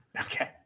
Okay